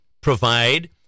provide